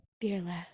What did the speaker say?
Fearless